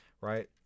right